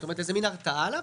זה מעין הרתעה עליו.